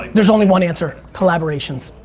like there is only one answer, collaborations.